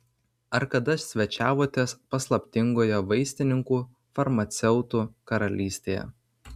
ar kada svečiavotės paslaptingoje vaistininkų farmaceutų karalystėje